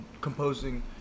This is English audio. composing